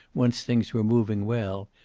once things were moving well,